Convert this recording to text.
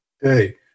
Hey